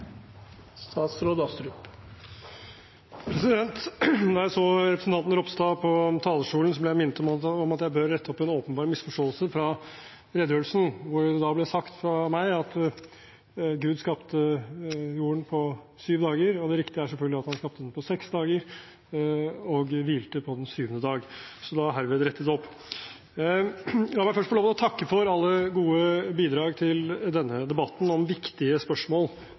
Da jeg så representanten Ropstad på talerstolen, ble jeg minnet om at jeg bør rette opp en åpenbar misforståelse fra redegjørelsen, hvor det ble sagt av meg at Gud skapte jorden på syv dager. Det riktige er selvfølgelig at han skapte den på seks dager og hvilte på den syvende dag. Da er det herved rettet opp. La meg først få lov til å takke for alle gode bidrag til denne debatten om viktige spørsmål